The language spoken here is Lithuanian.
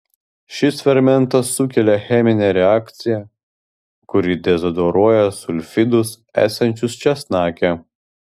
šis fermentas sukelia cheminę reakciją kuri dezodoruoja sulfidus esančius česnake